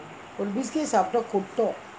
ஒரு:oru biscuit சாப்பிட்டா கொட்டும்:saapitta kottum